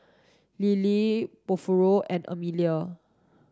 Lettie Porfirio and Amelia